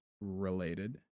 related